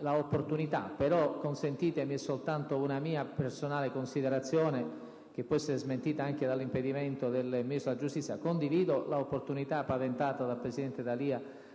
rappresentato. Consentitemi soltanto una mia personale considerazione, che può essere smentita anche dall'impedimento del Ministro della giustizia: condivido l'opportunità ventilata dal presidente D'Alia